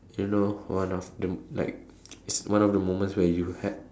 you know one of the like it's one of the moments where you had